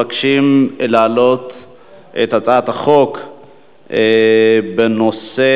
חברת הכנסת רחל אדטו הצביעה במקומו של